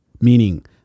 Meaning